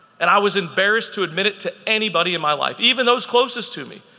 and i was embarrassed to admit it to anybody in my life, even those closest to me.